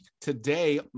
Today